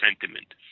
sentiment